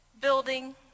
building